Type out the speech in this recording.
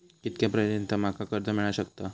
कितक्या पर्यंत माका कर्ज मिला शकता?